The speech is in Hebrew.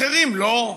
אחרים, לא.